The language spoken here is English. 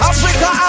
Africa